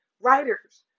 writers